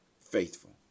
faithful